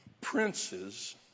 princes